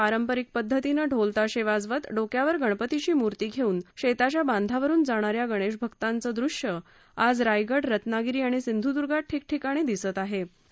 पारंपरिक पध्दतीनं ढोलताशे वाजवत डोक्यावर गणपतीची मूर्ती घेऊन शेताच्या बांधावरुन जाणारे गणेशभक्त आज रायगड रत्नागिरी आणि सिंधुदुर्गात ठिकठिकाणी दिसत होतं